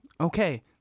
Okay